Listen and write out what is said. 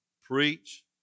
Preach